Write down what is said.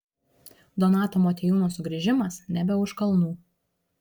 donato motiejūno sugrįžimas nebe už kalnų